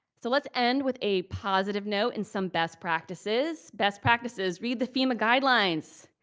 so let's end with a positive note and some best practices. best practices, read the fema guidelines.